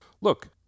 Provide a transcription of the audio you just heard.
look